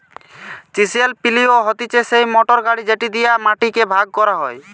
chisel পিলও হতিছে সেই মোটর গাড়ি যেটি দিয়া মাটি কে ভাগ করা হয়